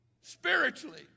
spiritually